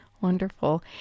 Wonderful